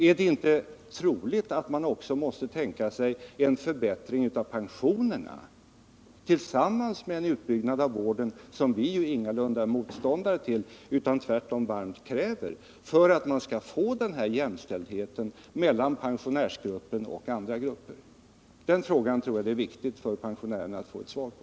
Är det inte troligt att man också måste tänka sig en förbättring av pensionerna tillsammans med en utbyggnad av vården, som vi ingalunda är motståndare till utan tvärtom kräver, för att man. skall få jämställdhet mellan pensionärsgruppen och andra grupper? Den frågan tror jag att det är viktigt för pensionärerna att få svar på.